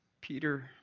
Peter